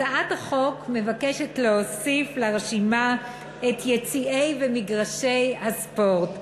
הצעת החוק מבקשת להוסיף לרשימה את יציעי מגרשי הספורט.